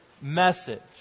message